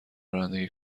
رانندگی